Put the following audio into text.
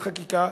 החקיקה,